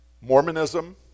Mormonism